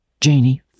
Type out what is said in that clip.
Janie